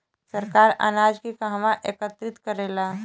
सरकार अनाज के कहवा एकत्रित करेला?